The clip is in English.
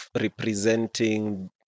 representing